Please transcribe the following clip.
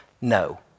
no